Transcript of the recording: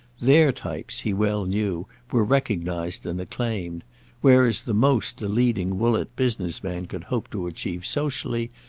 their types, he well knew, were recognised and acclaimed whereas the most a leading woollett business-man could hope to achieve socially,